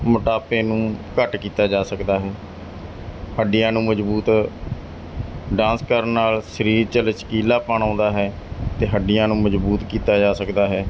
ਮੋਟਾਪੇ ਨੂੰ ਘੱਟ ਕੀਤਾ ਜਾ ਸਕਦਾ ਹੈ ਹੱਡੀਆਂ ਨੂੰ ਮਜ਼ਬੂਤ ਡਾਂਸ ਕਰਨ ਨਾਲ ਸਰੀਰ 'ਚ ਲਚਕੀਲਾਪਣ ਆਉਂਦਾ ਹੈ ਅਤੇ ਹੱਡੀਆਂ ਨੂੰ ਮਜ਼ਬੂਤ ਕੀਤਾ ਜਾ ਸਕਦਾ ਹੈ